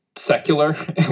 secular